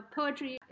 poetry